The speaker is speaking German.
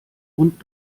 und